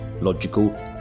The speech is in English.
logical